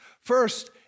First